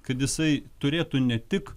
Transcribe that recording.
kad jisai turėtų ne tik